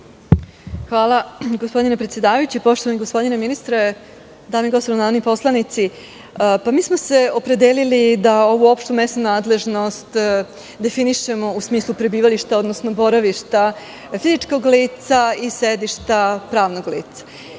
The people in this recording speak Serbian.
Hvala, gospodine predsedavajući. Poštovani gospodine ministre, dame i gospodo narodni poslanici, mi smo se opredelili da ovu opštu mesnu nadležnost definišemo u smislu prebivališta, odnosno boravišta fizičkog lica i sedišta pravnog lica.